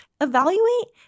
Evaluate